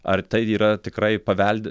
ar tai yra tikrai paveldi